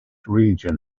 region